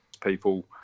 people